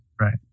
right